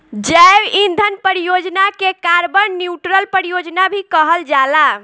जैव ईंधन परियोजना के कार्बन न्यूट्रल परियोजना भी कहल जाला